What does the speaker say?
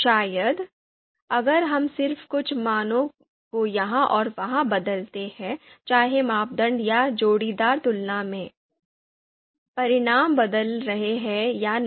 शायद अगर हम सिर्फ कुछ मानों को यहां और वहां बदलते हैं चाहे मापदंड या जोड़ीदार तुलना में परिणाम बदल रहे हैं या नहीं